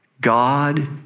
God